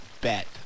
bet